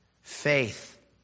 faith